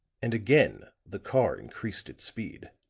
and again the car increased its speed.